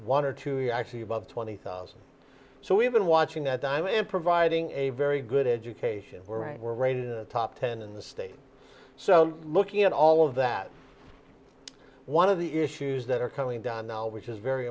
one or two actually above twenty thousand so we've been watching that time and providing a very good education were rated top ten in the state so looking at all of that one of the issues that are coming down now which is very